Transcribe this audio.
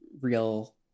real